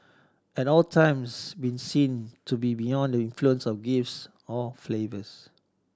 at all times be seen to be beyond the influence of gifts or favours